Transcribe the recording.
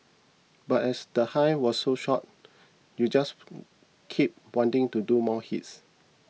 but as the high was so short you just keep wanting to do more hits